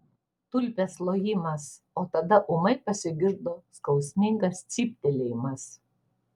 tulpės lojimas o tada ūmai pasigirdo skausmingas cyptelėjimas